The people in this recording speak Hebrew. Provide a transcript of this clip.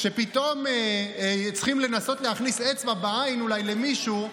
כשפתאום צריכים לנסות להכניס אצבע בעין למישהו,